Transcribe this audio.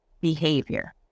behavior